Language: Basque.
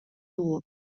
dugu